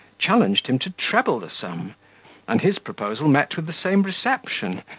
challenged him to treble the sum and his proposal met with the same reception,